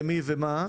למי ומה,